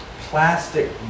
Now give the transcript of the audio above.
plastic